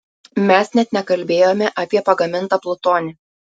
mes net nekalbėjome apie pagamintą plutonį